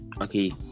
okay